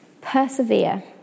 persevere